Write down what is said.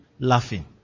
Laughing